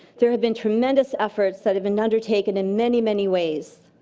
there have been tremendous efforts that have been undertaken in many, many ways.